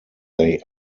they